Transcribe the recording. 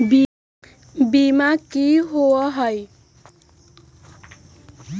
बीमा की होअ हई?